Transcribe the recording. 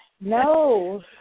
No